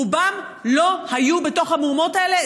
רובם לא היו בתוך המהומות האלה,